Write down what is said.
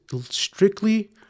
strictly